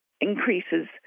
increases